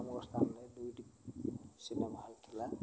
ଆମ ସ୍ଥାନରେ ଦୁଇଟି ସିନେମା ହଲ୍ ଥିଲା